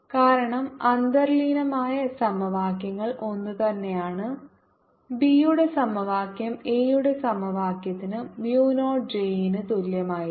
കാരണം അന്തർലീനമായ സമവാക്യങ്ങൾ ഒന്നുതന്നെയാണ് ബി യുടെ സമവാക്യം എ യുടെ സമവാക്യത്തിന് mu നോട്ട് J ന് തുല്യമായിരിക്കും